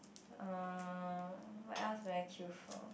uh what else will I kill for